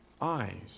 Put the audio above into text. eyes